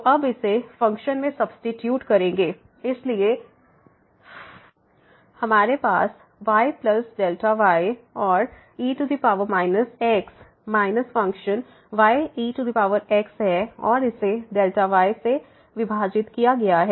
तो अब इसे फ़ंक्शन में सब्सीट्यूट करेंगे इसलिए हमारे पास yy और e x minus function y ex है और इसे y से विभाजित किया गया है